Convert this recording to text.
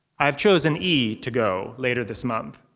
i have chosen yi to go, later this month.